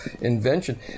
invention